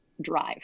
drive